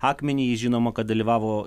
akmenį jis žinoma kad dalyvavo